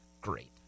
Great